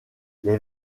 les